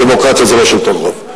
דמוקרטיה זה לא שלטון רוב.